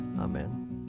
Amen